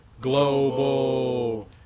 Global